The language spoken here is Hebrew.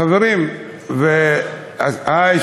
חברים אכלת?